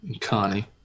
Connie